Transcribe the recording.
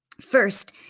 First